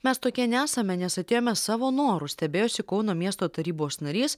mes tokie nesame nes atėjome savo noru stebėjosi kauno miesto tarybos narys